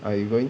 are you going